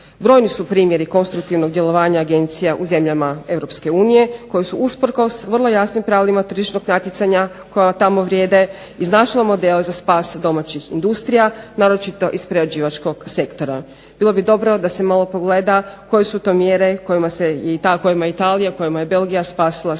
Brojni su primjeri konstruktivnog djelovanja agencija u zemljama Europske unije koji su usprkos vrlo jasnim pravilima tržišnog natjecanja koja tamo vrijede iznašla model za spas domaćih industrija naročito iz prerađivačkog sektora. Bilo bi dobro da se malo pogleda koje su to mjere kojima se i ta kojima je Italija, kojima je Belgija spasila svoju